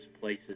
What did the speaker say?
places